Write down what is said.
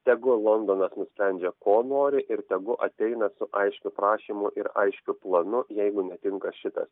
tegu londonas nusprendžia ko nori ir tegu ateina su aiškiu prašymu ir aiškiu planu jeigu netinka šitas